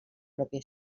pròpia